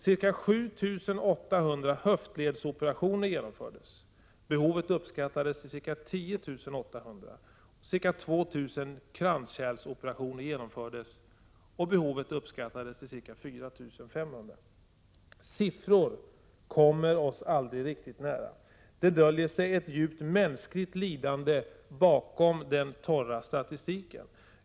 Ca 7 800 höftledsoperationer genomfördes — behovet uppskattades till ca 10 800. Ca 2 000 kranskärlsoperationer genomfördes — behovet uppskattades till ca 4 500. Siffror kommer oss aldrig riktigt nära. Det döljer sig djupt mänskligt lidande bakom den torra statistiken.